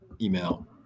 email